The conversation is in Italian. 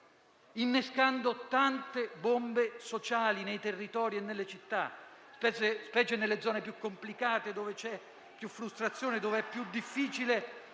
innescando tante bombe sociali nei territori e nelle città, specie nelle zone più complicate dove c'è più frustrazione e dove è più difficile